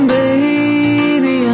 baby